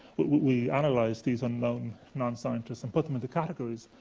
we analysed these unknown, non-scientists and put them into categories.